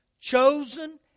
Chosen